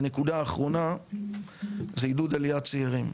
ונקודה אחרונה זה עידוד עליית צעירים.